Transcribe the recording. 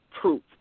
proof